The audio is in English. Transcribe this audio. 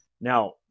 Now